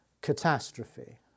catastrophe